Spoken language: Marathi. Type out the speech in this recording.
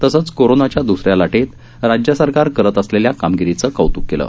तसंच कोरोनाच्या द्सऱ्या लाटेत राज्य सरकार करत असलेल्या कामगिरीचं कौतूक केलं